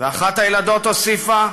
ואחת הילדות הוסיפה: